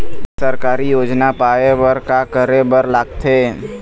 सरकारी योजना पाए बर का करे बर लागथे?